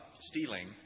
stealing